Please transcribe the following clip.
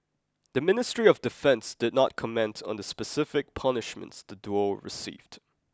the Ministry of Defence did not comment on the specific punishments the duo received